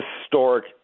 historic